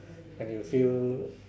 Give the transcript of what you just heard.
and you will feel